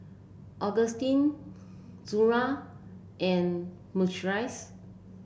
Augustin Zaire and Maurice